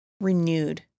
renewed